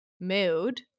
mood